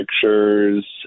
pictures